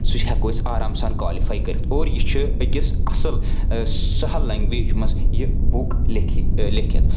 سُہ ہؠکو أسۍ آرام سان کالِفاے کٔرِتھ اور یہِ چھِ أکِس اَصٕل سہل لَنٛگویج منٛز یہِ بُک لَیکھِ لَیکھِتھ